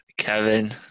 Kevin